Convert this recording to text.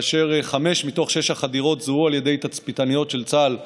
וחמש מתוך שש החדירות זוהו על ידי תצפיתניות של צה"ל בגזרה.